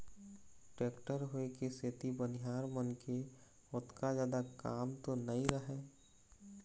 tractor होय के सेती बनिहार मन के ओतका जादा काम तो नइ रहय